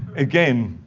again,